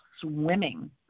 swimming